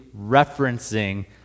referencing